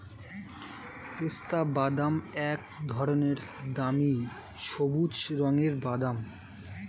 পেস্তাবাদাম এক ধরনের দামি সবুজ রঙের বাদাম